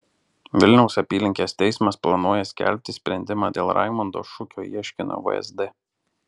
vilniaus apylinkės teismas planuoja skelbti sprendimą dėl raimondo šukio ieškinio vsd